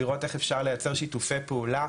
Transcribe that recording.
לראות איך אפשר לייצר שיתופי פעולה,